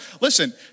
listen